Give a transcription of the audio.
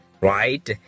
right